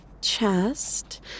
chest